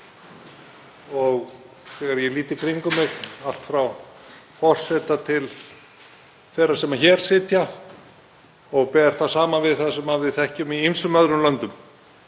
Þegar ég lít í kringum mig, allt frá forseta til þeirra sem hér sitja, og ber það saman við það sem við þekkjum í ýmsum öðrum löndum,